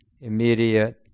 immediate